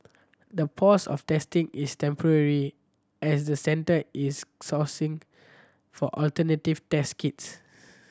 the pause of testing is temporary as the Centre is sourcing for alternative test kits